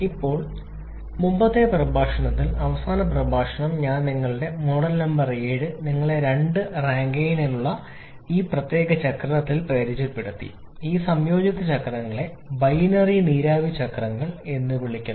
ഇപ്പോൾ മുമ്പത്തെ പ്രഭാഷണത്തിൽ അവസാന പ്രഭാഷണം ഞങ്ങളുടെ മോഡൽ നമ്പർ 7 നിങ്ങളെ രണ്ട് റാങ്കൈൻ ഉള്ള ഈ പ്രത്യേക ചക്രത്തിലേക്ക് പരിചയപ്പെടുത്തി ഈ സംയോജിത ചക്രങ്ങളെ ബൈനറി നീരാവി ചക്രങ്ങൾ എന്ന് വിളിക്കുന്നു